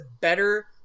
better